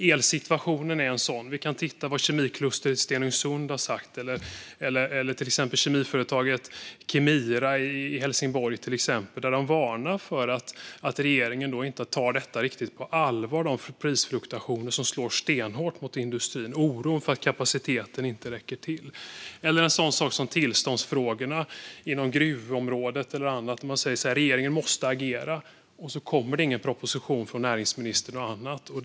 Elsituationen är ett sådant. Vi kan lyssna på vad kemiklustret i Stenungsund eller till exempel kemiföretaget Kemira i Helsingborg har sagt. De varnar för att regeringen inte tar de prisfluktuationer som slår stenhårt mot industrin riktigt på allvar, och det finns en oro för att kapaciteten inte räcker till. Eller så kan man se på en sådan sak som tillståndsfrågorna inom gruvområdet eller andra områden, där man säger att regeringen måste agera. Och så kommer det ingen proposition från näringsministern.